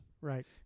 Right